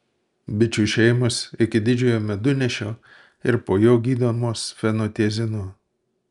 bičių šeimos iki didžiojo medunešio ir po jo gydomos fenotiazinu